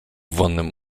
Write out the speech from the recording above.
wonnym